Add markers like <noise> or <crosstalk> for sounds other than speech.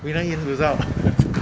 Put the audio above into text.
we don't even lose out <breath>